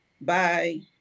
Bye